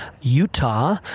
Utah